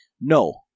No